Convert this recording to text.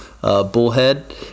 Bullhead